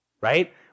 right